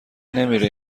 نمیره